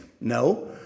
No